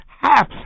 Half